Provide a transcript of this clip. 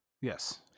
Yes